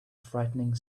frightening